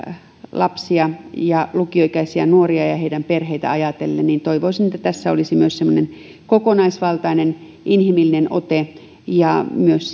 lapsia ja lukioikäisiä nuoria ja ja heidän perheitään ajatellen toivoisin että tässä olisi myös semmoinen kokonaisvaltainen inhimillinen ote ja myös